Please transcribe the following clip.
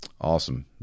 Awesome